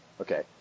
Okay